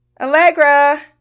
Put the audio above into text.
Allegra